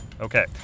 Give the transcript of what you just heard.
Okay